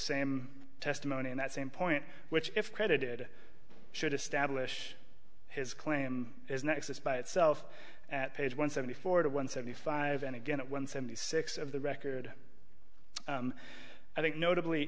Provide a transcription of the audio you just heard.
same testimony in that same point which if credited should establish his claim as nexus by itself at page one seventy four to one seventy five and again one seventy six of the record i think notably